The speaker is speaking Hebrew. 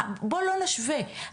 בוא לא נשווה,